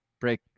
break